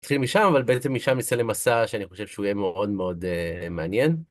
נתחיל משם, אבל בעצם משם נצא למסע שאני חושב שהוא יהיה מאוד מאוד מעניין.